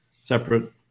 separate